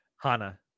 Hana